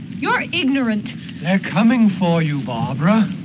you're ignorant they're coming for you, barbara